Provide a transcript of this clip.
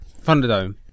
Thunderdome